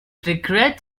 regret